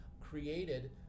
created